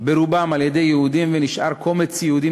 ברובן על-ידי יהודים ונשאר קומץ יהודים